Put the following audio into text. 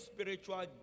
spiritual